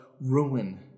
ruin